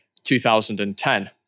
2010